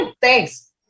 Thanks